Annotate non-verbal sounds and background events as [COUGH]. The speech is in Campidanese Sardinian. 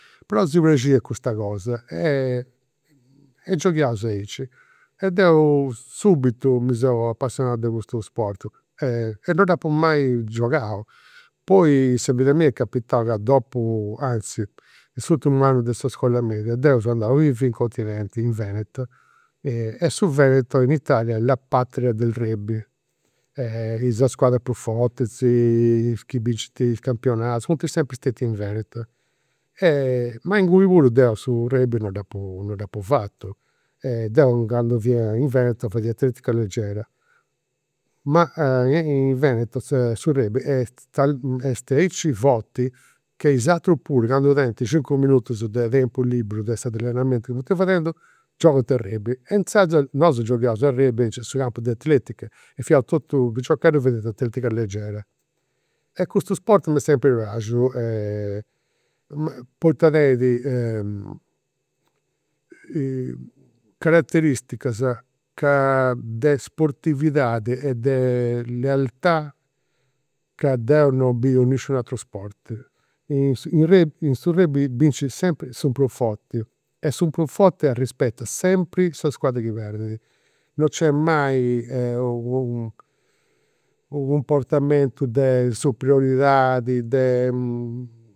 Però si praxiat custa cosa, e [HESITATION] e gioghiaus aici. E deu subitu mi seu apassionau de custu sport e non dd'apu mai giogau. Poi, sa beridadi, a mei est capitau ca dopu, anzi, in s'urtimu annu de sa iscola media deu seu andau a bivi in continenti, in Veneto, e su Veneto in Italia est la patria del rugby, is squadras prus forti chi bincint is campionaus funt sempri [UNINTELLIGIBLE] in Veneto. Ma inguni puru deu su rugby non dd'apu [HESITATION] non dd'apu fatu. E deu candu fia in Veneto fadia atletica leggera. Ma in Veneto sa su rugby est aici forti che is aturus puru candu tenint cincu minutus de tempus liberu de s'allenamentu chi funt fadendu, giogant a rugby e inzaras nosu gioghiaus a rugby aici a su campu de s'atletica e fiaus totus piciocheddus chi fadiant atletica leggera. E custu sport m'est sempri praxiu e [HESITATION] poita tenit [HESITATION] carateristicas ca de sportividadi e de lealtà ca deu non biu in nisciunu ateru sport. In su [HESITATION] su rugby bincit sempri su prus forti e su prus forti arrispetat sempri sa squadra chi perdit. Non nc'est mai u' [HESITATION] u' comportamentu de superioridadi de